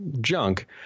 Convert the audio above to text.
junk